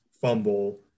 fumble